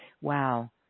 wow